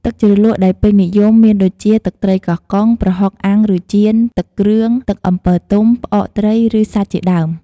ទឹកជ្រលក់ដែលពេញនិយមមានដូចជា ទឹកត្រីកោះកុង ប្រហុកអាំងឬចៀន ទឹកគ្រឿង ទឹកអំពិលទុំ ផ្អកត្រីឬសាច់ជាដើម។